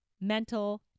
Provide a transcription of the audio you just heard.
mental